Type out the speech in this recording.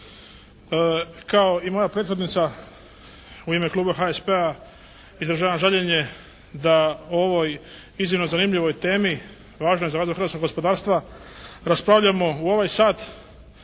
Kao i moja prethodnica u ime kluba HSP-a izražavam žaljenje da ovoj iznimno zanimljivoj temi …/Govornik se ne razumije./… hrvatskog gospodarstva raspravljamo u ovaj sat,